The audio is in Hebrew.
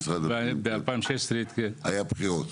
ןב-2016 היו בחירות.